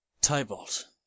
Tybalt